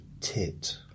tit